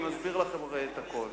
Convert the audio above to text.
אני אסביר לכם הכול.